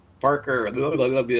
Parker